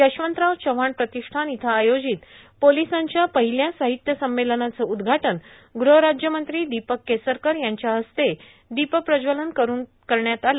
यशवंतराव चव्हाण प्रतिष्ठान इथं आयोजित पोलिसांच्या पहिल्या साहित्य संमेलनाचं उद्घाटन गृहराज्यमंत्री दिपक केसरकर यांच्या हस्ते दीपप्रज्वलन करुन करण्यात आले